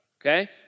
okay